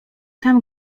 tam